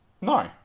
No